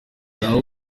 nabo